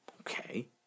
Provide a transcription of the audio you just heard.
Okay